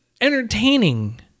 entertaining